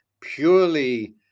purely